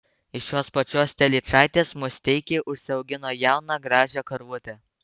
iš jos pačios telyčaitės musteikiai užsiaugino jauną gražią karvutę